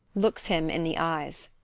looks him in the eyes.